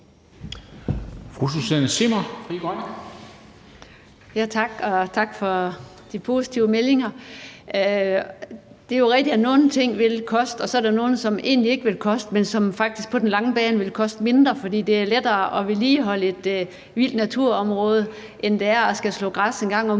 Tak for de positive meldinger. Det er jo rigtigt, at nogle ting vil koste, og så er der nogle ting, som egentlig ikke vil koste, og som faktisk på den lange bane vil koste mindre, fordi det er lettere at vedligeholde et vildt naturområde, end det er at skulle slå græs en gang om